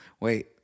wait